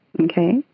Okay